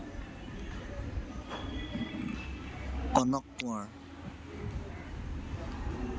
Kanak Konwar